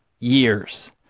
years